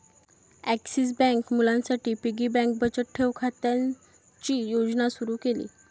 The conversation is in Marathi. ॲक्सिस बँकेत मुलांसाठी पिगी बँक बचत ठेव खात्याची योजना सुरू केली